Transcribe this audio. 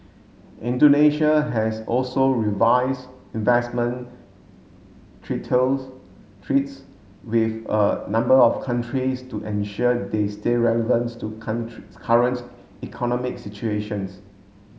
Indonesia has also revise investment treats with a number of countries to ensure they stay relevants to current economic situations